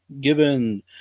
given